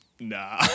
Nah